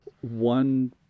one